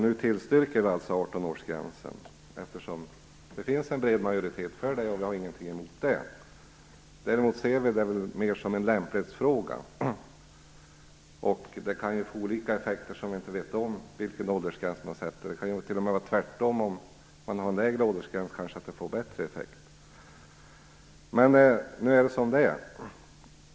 Nu tillstyrker vi alltså 18 årsgränsen eftersom det finns en bred majoritet för den, och vi har ingenting emot det. Däremot ser vi det mer som en lämplighetsfråga. Det kan få olika effekter som vi inte vet om beroende på vilken åldersgräns man sätter. Det kan t.o.m. vara tvärtom, om man har en lägre åldersgräns kanske det får bättre effekt. Men nu är det som det är.